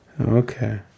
Okay